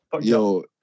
yo